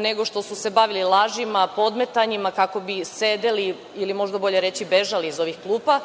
nego što su se bavili lažima, podmetanjima, kako bi sedeli ili možda bolje reći bežali iz ovih klupa.